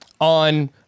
on